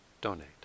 donate